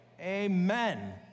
Amen